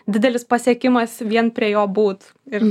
didelis pasiekimas vien prie jo būt ir